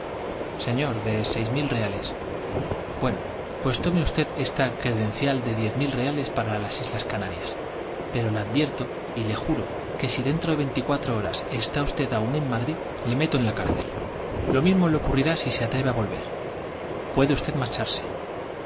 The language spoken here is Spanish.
señor de seis mil reales bueno pues tome usted esta credencial de diez mil reales para las islas canarias pero le advierto le juro y que si dentro de veinticuatro horas está usted aún en madrid le meto en la cárcel lo mismo le ocurrirá si se atreve á volver puede usted mar